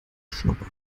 schnuppe